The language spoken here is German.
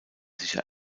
sicher